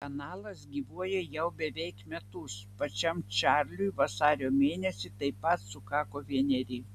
kanalas gyvuoja jau beveik metus pačiam čarliui vasario mėnesį taip pat sukako vieneri